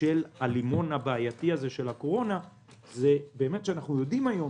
של הלימון הבעייתי הזה של הקורונה זה שאנחנו יודעים היום